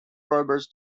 robbers